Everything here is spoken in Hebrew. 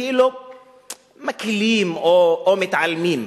כאילו מקלים או מתעלמים.